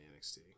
NXT